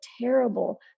terrible